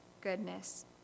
goodness